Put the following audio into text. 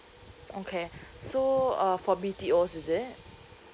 okay so uh for B_T_Os is it